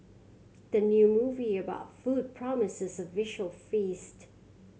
the new movie about food promises a visual feast